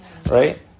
right